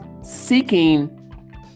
seeking